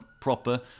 proper